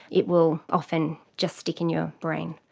it will often just stick in your brain.